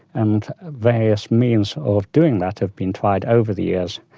and various means of doing that have been tried over the years.